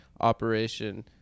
operation